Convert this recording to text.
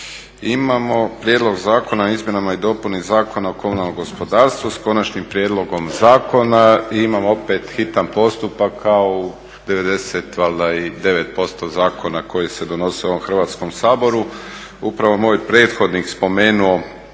imamo Prijedlog zakona o izmjenama i dopuni Zakona o komunalnom gospodarstvu s konačnim prijedlogom zakona i imamo opet hitan postupak kao u 99% zakona koji se donose u ovom Hrvatskom saboru. Upravo moj prethodnih je spomenuo